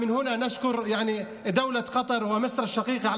מכאן אנחנו מודים למדינת קטר ולשכנתנו מצרים על